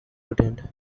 returned